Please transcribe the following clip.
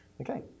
Okay